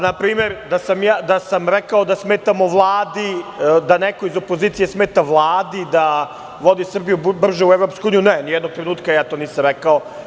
Na primer da sam rekao da smetamo Vladi, da neko iz opozicije smeta Vladi da vodi Srbiju brže u EU, ne, nijednog trenutka ja to nisam rekao.